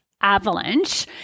avalanche